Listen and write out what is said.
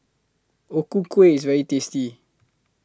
O Ku Kueh IS very tasty